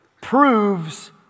proves